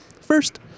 first